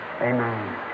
Amen